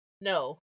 No